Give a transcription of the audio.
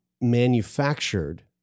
manufactured